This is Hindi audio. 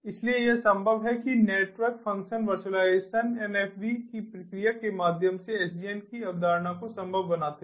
इसलिए यह संभव है कि वे नेटवर्क फ़ंक्शन वर्चुअलाइजेशन NFV की प्रक्रिया के माध्यम से SDN की अवधारणा को संभव बनाते हैं